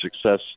success